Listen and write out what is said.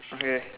okay